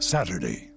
Saturday